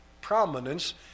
prominence